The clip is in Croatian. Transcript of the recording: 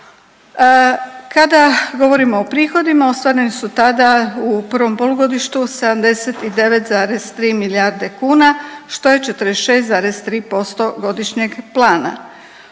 Kada govorimo o prihodima ostvareni su tada u prvom polugodištu 79,3 milijarde kuna, što je 46,3% godišnjeg plana.